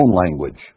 language